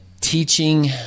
teaching